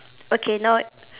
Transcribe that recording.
okay now